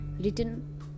written